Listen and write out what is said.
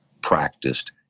practiced